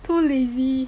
too lazy